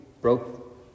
broke